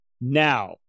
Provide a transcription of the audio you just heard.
now